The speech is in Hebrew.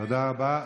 תודה רבה.